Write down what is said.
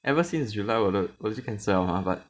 ever since july 我的我的就 cancel 了 mah but